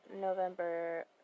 November